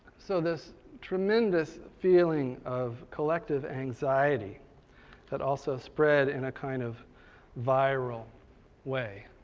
so this tremendous feeling of collective anxiety that also spread in a kind of viral way.